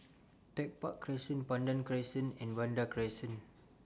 Tech Park Crescent Pandan Crescent and Vanda Crescent